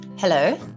Hello